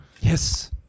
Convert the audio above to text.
Yes